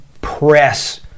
press